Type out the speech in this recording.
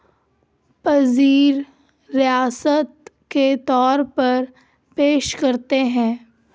پذیر ریاست کے طور پر پیش کرتے ہیں